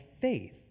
faith